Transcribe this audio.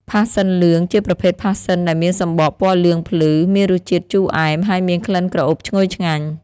ផាសសិនលឿង ជាប្រភេទផាសសិនដែលមានសំបកពណ៌លឿងភ្លឺ មានរសជាតិជូរអែម ហើយមានក្លិនក្រអូបឈ្ងុយឆ្ងាញ់។